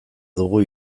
dugu